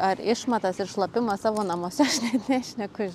ar išmatas ir šlapimą savo namuose aš net nešneku